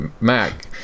Mac